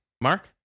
Mark